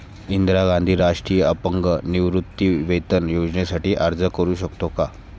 इंदिरा गांधी राष्ट्रीय अपंग निवृत्तीवेतन योजनेसाठी अर्ज करू शकतो का?